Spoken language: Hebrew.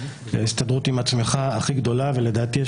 ההסתדרות עם הצלחה הכי גדולה ולדעתי,